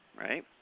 right